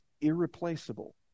irreplaceable